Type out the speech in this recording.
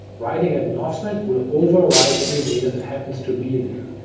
writing at an offset will overwrite any data that happens to be there,